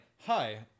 Hi